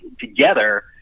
together